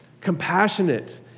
compassionate